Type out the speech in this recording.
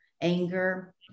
Anger